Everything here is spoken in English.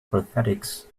prosthetics